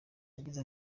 yagize